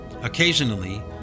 Occasionally